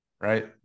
Right